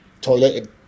toilet